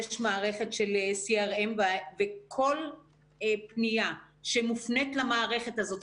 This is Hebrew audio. יש מערכת שלCRM וכל פנייה שמופנית למערכת הזאת,